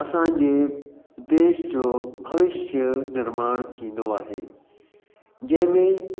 असांजे देश जो भविष्य निर्माण थींदो आहे जंहिंमें